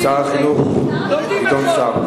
שר החינוך גדעון סער, בבקשה.